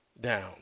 down